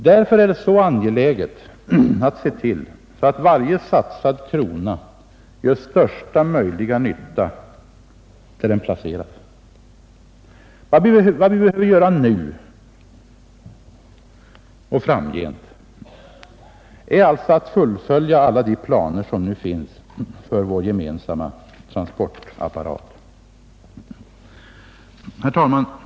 Därför är det så angeläget att se till, att varje satsad krona gör största möjliga nytta där den placeras. Vad vi skall göra nu och framgent är alltså att fullfölja alla de planer som nu finns för vår gemensamma transportapparat. Herr talman!